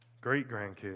great-grandkids